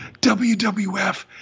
WWF